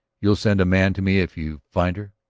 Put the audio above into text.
you'll send a man to me if you find her?